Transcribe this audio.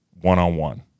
one-on-one